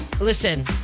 Listen